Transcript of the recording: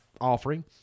offering